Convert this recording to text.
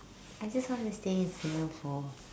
I just want to stay in Singapore